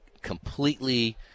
completely